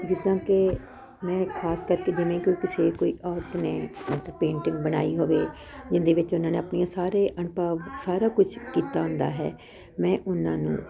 ਜਿੱਦਾਂ ਕਿ ਮੈਂ ਇੱਕ ਖਾਸ ਕਰਕੇ ਜਿਵੇਂ ਕੋਈ ਕਿਸੇ ਕੋਈ ਆਰਟ ਨੇ ਪੇਂਟਿੰਗ ਬਣਾਈ ਹੋਵੇ ਜਿਹਦੇ ਵਿੱਚ ਉਹਨਾਂ ਨੇ ਆਪਣੀਆਂ ਸਾਰੇ ਅਨੁਭਵ ਸਾਰਾ ਕੁਝ ਕੀਤਾ ਹੁੰਦਾ ਹੈ ਮੈਂ ਉਹਨਾਂ ਨੂੰ